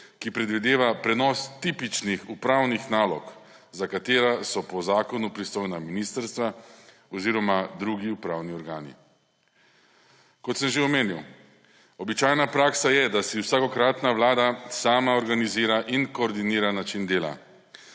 ki predvideva prenos tipičnih upravnih nalog, za katere so pri zakonu pristojna ministrstva oziroma drugi upravni organi. Kot sem že omenil, običajna praksa je, da si vsakokratna vlada sama organizira in koordinira način dela.